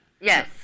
Yes